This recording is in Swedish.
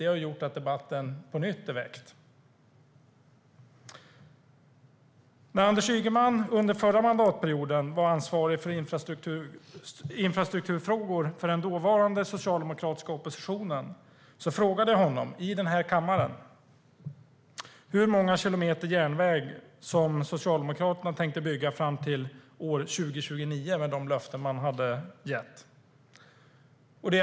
Det har gjort att debatten väckts på nytt. När Anders Ygeman under förra mandatperioden var ansvarig för infrastrukturfrågor i den dåvarande socialdemokratiska oppositionen frågade jag honom i den här kammaren hur många kilometer järnväg Socialdemokraterna tänkte bygga fram till år 2029 med de löften de hade gett.